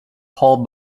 paul